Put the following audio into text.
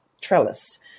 Trellis